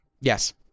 Yes